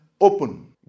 open